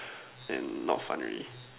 and not fun already